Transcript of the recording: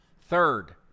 Third